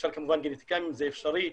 אפשר כמובן גנטיקאים אם זה אפשרי,